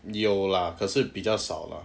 有 lah 可是比较少 lah